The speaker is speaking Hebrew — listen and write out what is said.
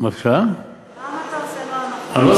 למה לעשות לו הנחות?